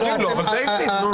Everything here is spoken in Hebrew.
אומרים לא, אבל זאת העברית, נו.